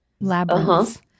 Labyrinths